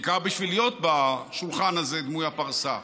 בעיקר בשביל להיות בשולחן הזה, דמוי הפרסה,